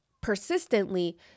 persistently